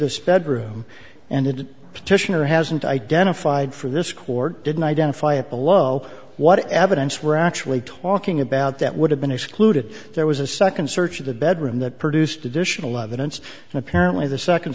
petitioner hasn't identified for this court didn't identify it below what evidence we're actually talking about that would have been excluded there was a second search of the bedroom that produced additional evidence and apparently the second